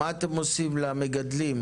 מה אתם עושים למגדלים?